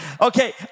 Okay